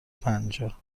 پنجاه